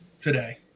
today